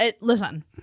listen